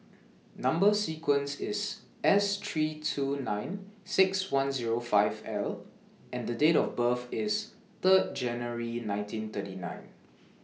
Number sequence IS S three two nine six one Zero five L and Date of birth IS three January nineteen thirty nine